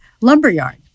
Lumberyard